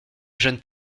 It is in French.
jeunes